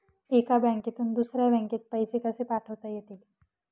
एका बँकेतून दुसऱ्या बँकेत पैसे कसे पाठवता येतील?